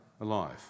Alive